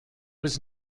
was